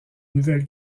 nouvelle